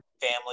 family